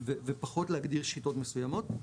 ופחות להגדיר שיטות מסוימות.